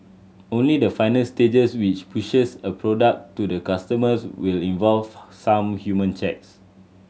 only the final stages which pushes a product to the customers will involve some human checks